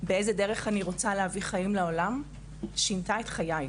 באיזה דרך אני רוצה להביא חיים לעולם שינתה את חיי.